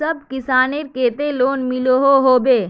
सब किसानेर केते लोन मिलोहो होबे?